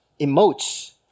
emotes